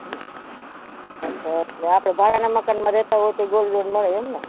હા અચ્છા એટલે આપણે ભાડાનાં મકાનમાં રહેતા હોય તોય ગોલ્ડ લોન મળે એમ ને